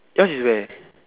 your's is where